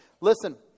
Listen